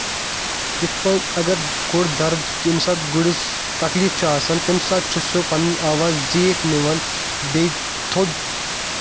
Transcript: یِتھ پٲٹھۍ اَگر گُر درٕد ییٚمہِ ساتہٕ گُرِس تَکلیٖف چھُ آسان تَمہِ ساتہٕ چھُ سُہ پَنٕنۍ آواز زیٖٹھ نِوان بیٚیہِ تھوٚد